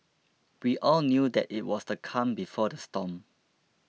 we all knew that it was the calm before the storm